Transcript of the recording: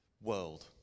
world